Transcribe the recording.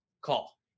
call